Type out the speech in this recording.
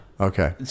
Okay